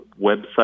website